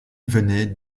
venait